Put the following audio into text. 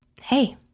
hey